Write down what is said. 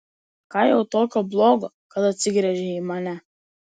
ką jau tokio blogo kad atsigręžei į mane